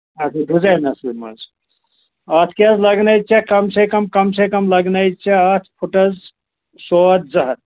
اَچھا ڈِزینَسٕے منٛز اَتھ کیٛاہ حظ لَگنَے ژےٚ کَم سے کَم کَم سے کَم لَگنٕے ژےٚ اَتھ فُٹَس سواد زٕ ہَتھ